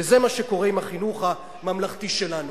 זה מה שקורה עם החינוך הממלכתי שלנו.